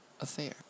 affair